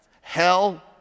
hell